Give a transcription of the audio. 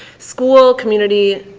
school, community,